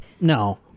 No